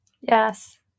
yes